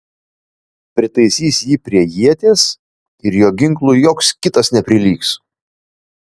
pritaisys jį prie ieties ir jo ginklui joks kitas neprilygs